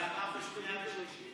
זה עבר בשנייה ושלישית?